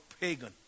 pagan